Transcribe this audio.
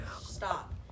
Stop